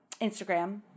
Instagram